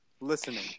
Listening